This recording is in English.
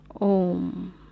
Om